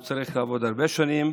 הוא צריך לעבוד הרבה שנים